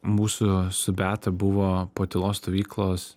mūsų su beata buvo po tylos stovyklos